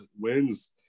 wins